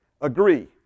Agree